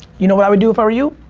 you know what i would do if i were you?